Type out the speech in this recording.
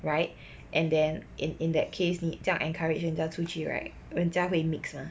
right and then in in that case 你这样 encourage 人家出去 right 人家会 mix mah